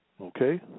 Okay